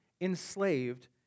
enslaved